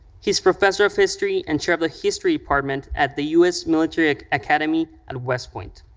he is professor of history and chair of the history department at the u s. military academy at west point.